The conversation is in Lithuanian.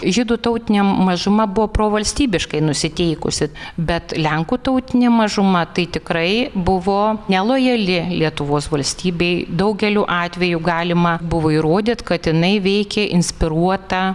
žydų tautinė mažuma buvo provalstybiškai nusiteikusi bet lenkų tautinė mažuma tai tikrai buvo nelojali lietuvos valstybei daugeliu atvejų galima buvo įrodyti kad jinai veikė inspiruota